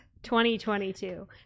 2022